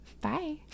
Bye